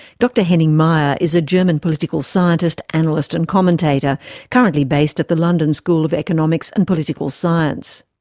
dr henning meyer is a german political scientist, analyst and commentator currently based at the london school of economics and political science.